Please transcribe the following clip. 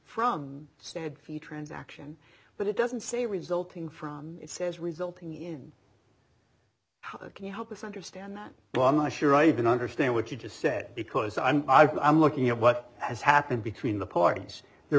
from stand fee transaction but it doesn't say resulting from it says resulting in how can you help us understand that but i'm not sure i even understand what you just said because i'm i'm looking at what has happened between the parties there